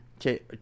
Okay